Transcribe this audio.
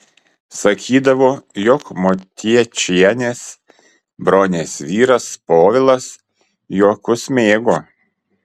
sakydavo jog motiečienės bronės vyras povilas juokus mėgo